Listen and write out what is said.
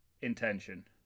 intention